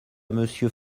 monsieur